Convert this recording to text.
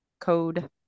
code